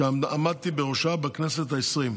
שעמדתי בראשה בכנסת העשרים.